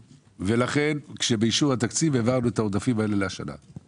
לכן כאשר באישור התקציב העברנו את העודפים האלה לשנה הזאת,